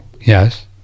Yes